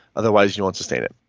otherwise you won't sustain it.